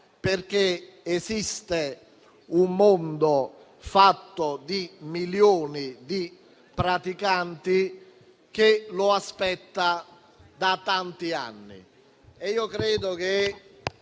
perché esiste un mondo fatto di milioni di praticanti che lo aspetta da tanti anni.